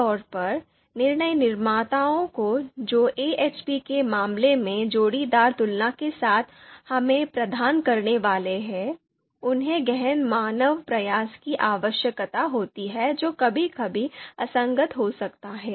आमतौर पर निर्णय निर्माताओं को जो एएचपी के मामले में जोड़ीदार तुलना के साथ हमें प्रदान करने वाले हैं उन्हें गहन मानव प्रयास की आवश्यकता होती है जो कभी कभी असंगत हो सकते हैं